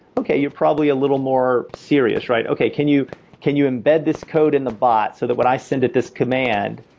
okay you're probably a little more serious, right? okay, can you can you embed this code in the bot so that when i send it this command,